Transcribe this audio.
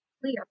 clear